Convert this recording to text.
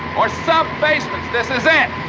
or subbasements. this is it.